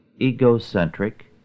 egocentric